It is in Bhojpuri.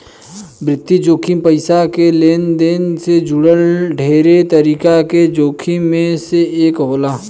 वित्तीय जोखिम पईसा के लेनदेन से जुड़ल ढेरे तरीका के जोखिम में से एक होला